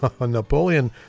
Napoleon